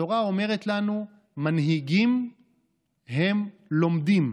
התורה אומרת לנו: מנהיגים הם לומדים,